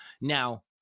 now